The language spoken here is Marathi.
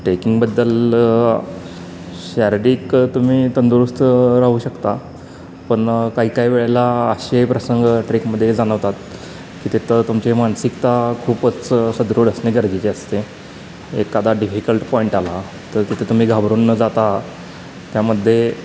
टेकिंगबद्दल शारीरिक तुम्ही तंदुरुस्त राहू शकता पण काही काही वेळेला असे प्रसंग ट्रेकमध्ये जाणवतात की तिथं तुमची मानसिकता खूपच सदृढ असणे गरजेचे असते एखादा डिफिकल्ट पॉईंट आला तर तिथं तुम्ही घाबरून न जाता त्यामध्ये